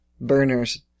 burners